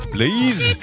Please